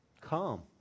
calm